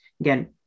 again